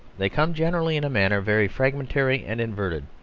they come generally in a manner very fragmentary and inverted,